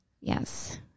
Yes